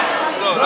כבר.